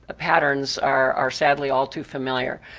ah patterns are are sadly all too familiar.